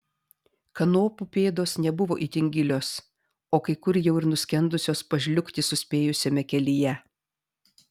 kanopų pėdos nebuvo itin gilios o kai kur jau ir nuskendusios pažliugti suspėjusiame kelyje